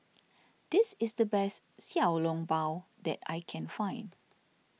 this is the best Xiao Long Bao that I can find